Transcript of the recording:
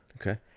Okay